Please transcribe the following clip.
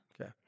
Okay